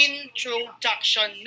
Introduction